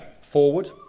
forward